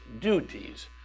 duties